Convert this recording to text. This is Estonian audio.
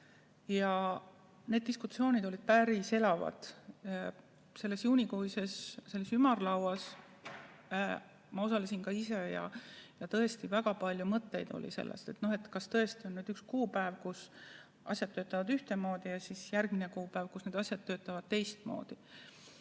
ja need olid päris elavad. Selles juunikuises ümarlauas ma osalesin ka ise ja väga palju mõtteid oli selle kohta, et kas tõesti on üks kuupäev, kui asjad töötavad ühtemoodi, ja järgmine kuupäev, kui need asjad töötavad teistmoodi.